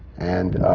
and